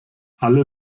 alle